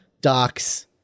docs